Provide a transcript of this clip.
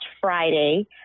Friday